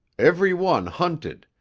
every one hunted,